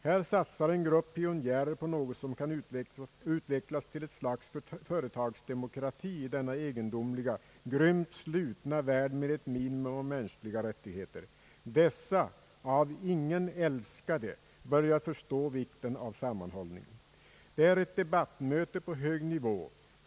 Här satsar en grupp pionjärer på något som kan utvecklas till ett slags företagsdemokrati i denna egendomliga, grymt slutna värld med ett minimum av mänskliga rättigheter. Dessa ”av ingen älskade” börjar förstå vikten av sammanhållning. Det är ett debattmöte på hög nivå.